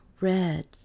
red